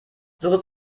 suche